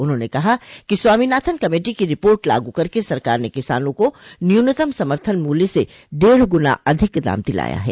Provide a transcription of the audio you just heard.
उन्होंने कहा कि स्वामीनाथन कमेटी की रिपोर्ट लागू करके सरकार ने किसानों को न्यूनतम समर्थन मूल्य से डेढ़ गुना अधिक दाम दिलाया है